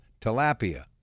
tilapia